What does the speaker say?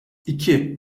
iki